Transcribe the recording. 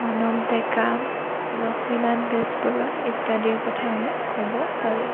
মানৱ ডেকা লক্ষ্মীনাথ বেজবৰুৱা আদিৰ কথা আমি ক'ব পাৰোঁ